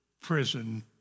prison